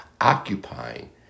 occupying